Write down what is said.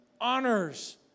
honors